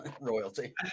royalty